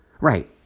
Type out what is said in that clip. Right